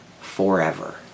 forever